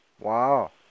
Wow